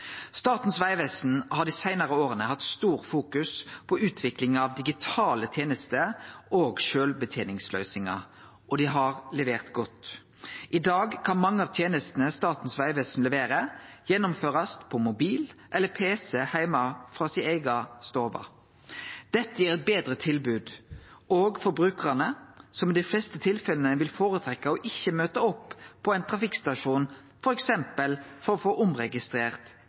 Statens vegvesen har dei seinare åra fokusert sterkt på utvikling av digitale tenester og sjølvbeteningsløysingar, og dei har levert godt. I dag kan mange av tenestene Statens vegvesen leverer, gjennomførast på mobil eller pc heime frå eiga stove. Dette gir betre tilbod òg for brukarane, som i dei fleste tilfella vil føretrekkje ikkje å møte opp på ein trafikkstasjon for f.eks. å få omregistrert